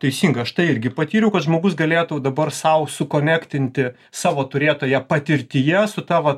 teisingai aš tai irgi patyriau kad žmogus galėtų dabar sau sukonektinti savo turėtoje patirtyje su ta va